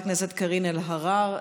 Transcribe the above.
חברת הכנסת קארין אלהרר,